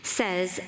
says